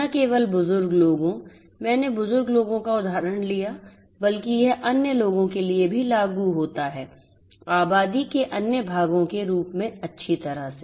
न केवल बुजुर्ग लोगों मैंने बुजुर्ग लोगों का उदाहरण लिया बल्कि यह अन्य लोगों के लिए भी लागू होता है आबादी के अन्य भागों के रूप में अच्छी तरह से